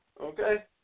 Okay